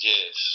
Yes